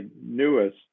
newest